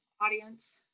audience